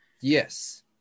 Yes